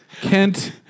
Kent